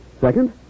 Second